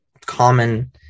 common